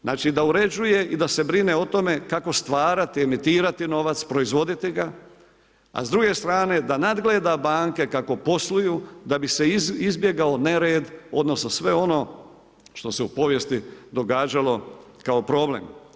Znači da uređuje i da se brine o tome kako stvarati, ... novac, proizvoditi ga, a s druge strane da nadgleda banke kako posluju da bi se izbjegao nered odnosno sve ono što se u povijesti događalo kao problem.